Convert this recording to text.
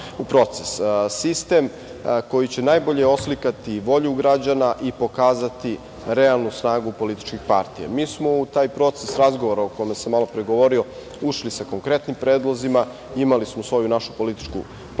proces. Sistem koji će najbolje oslikati volju građana i pokazati realnu snagu političkih partija. Mi smo u taj proces razgovora o kome sam malopre govorio, ušli sa konkretnim predlozima, imali smo našu političku platformu,